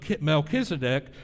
Melchizedek